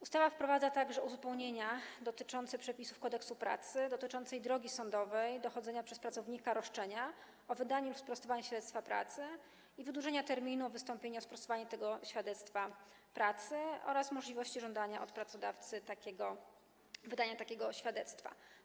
Ustawa wprowadza uzupełnienia dotyczące przepisów Kodeksu pracy odnośnie do drogi sądowej dochodzenia przez pracownika roszczenia o wydanie lub sprostowanie świadectwa pracy i wydłużenia terminu wystąpienia o sprostowanie tego świadectwa pracy oraz możliwości żądania od pracodawcy wydania takiego świadectwa.